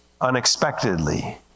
unexpectedly